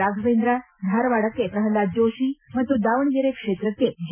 ರಾಘವೇಂದ್ರ ಧಾರವಾದಕ್ಕೆ ಪ್ರಹ್ಲಾದ್ ಜೋಷಿ ಮತ್ತು ದಾವಣಗೆರೆ ಕ್ಷೇತ್ರಕ್ಕೆ ಜಿ